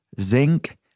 zinc